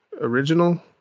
original